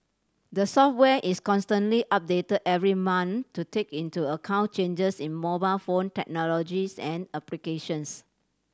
the software is constantly update every month to take into account changes in mobile phone technologies and applications